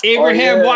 Abraham